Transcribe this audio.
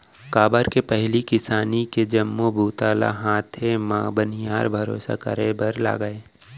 काबर के पहिली किसानी के जम्मो बूता ल हाथे म बनिहार भरोसा करे बर लागय